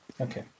Okay